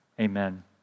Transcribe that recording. amen